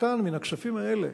קטן מן הכספים האלה,